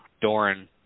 Doran